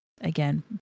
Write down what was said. again